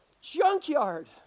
junkyard